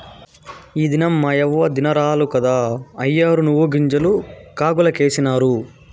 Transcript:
ఈ దినం మాయవ్వ దినారాలు కదా, అయ్యోరు నువ్వుగింజలు కాగులకేసినారు